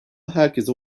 herkese